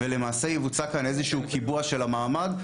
למעשה יבוצע כאן איזשהו קיבוע של המעמד.